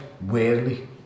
weirdly